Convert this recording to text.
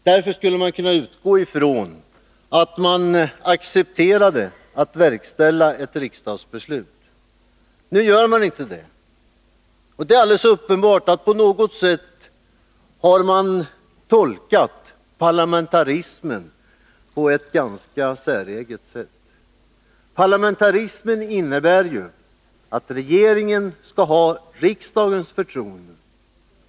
Därför skulle vi kunna utgå från att regeringen accepterade att verkställa ett riksdagsbeslut. Nu gör man inte det. Det är helt uppenbart att man har tolkat parlamentarismen på ett ganska säreget sätt. Parlamentarismen innebär ju att regeringen skall ha riksdagens förtroende.